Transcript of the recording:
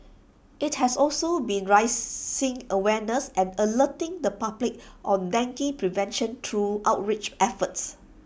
IT has also been raising awareness and alerting the public on dengue prevention through outreach efforts